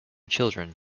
children